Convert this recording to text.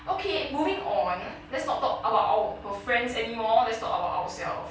okay moving on let's not talk about our our friends anymore let's talk about ourselves